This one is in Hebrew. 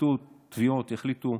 בפרקליטות תביעות יחליטו